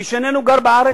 מי שאיננו גר בארץ,